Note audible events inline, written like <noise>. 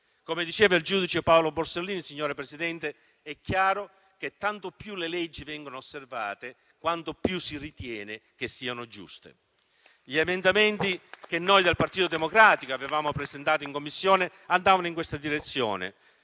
Come diceva il giudice Paolo Borsellino, signora Presidente: è chiaro che quanto più le leggi vengono osservate, tanto più si ritiene che siano giuste. <applause> Gli emendamenti che noi del Partito Democratico avevamo presentato in Commissione andavano in questa direzione,